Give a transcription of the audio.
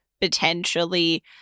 potentially